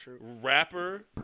rapper